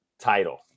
title